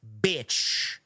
bitch